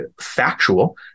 factual